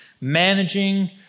managing